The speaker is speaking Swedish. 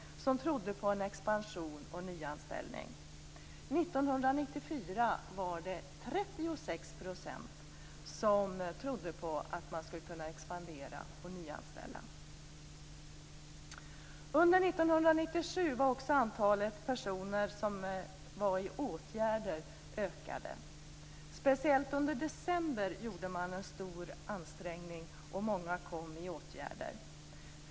Under 1997 ökade också antalet personer i åtgärder. Speciellt under december gjorde man en stor ansträngning och många hamnade i åtgärder.